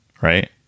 right